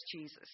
Jesus